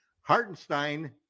Hartenstein